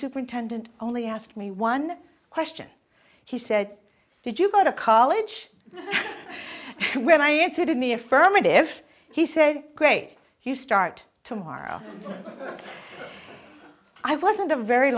superintendent only asked me one question he said did you go to college when i answered in the affirmative he said great you start tomorrow i wasn't a very